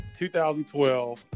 2012